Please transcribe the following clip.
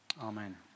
Amen